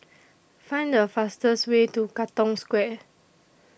Find A fastest Way to Katong Square